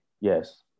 Yes